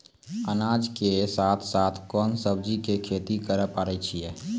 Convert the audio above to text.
अनाज के साथ साथ कोंन सब्जी के खेती करे पारे छियै?